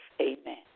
amen